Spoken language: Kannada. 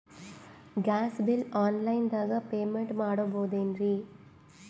ಗ್ಯಾಸ್ ಬಿಲ್ ಆನ್ ಲೈನ್ ದಾಗ ಪೇಮೆಂಟ ಮಾಡಬೋದೇನ್ರಿ?